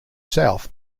south